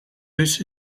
dus